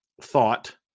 thought